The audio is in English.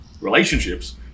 relationships